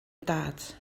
dad